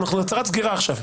אנחנו בהצהרת סגירה.